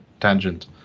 tangent